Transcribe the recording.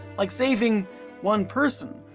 like saving one person,